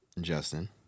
Justin